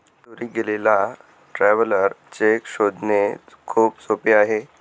चोरी गेलेला traveller cheque शोधणे खूप सोपे आहे